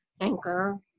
Anchor